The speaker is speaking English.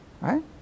Right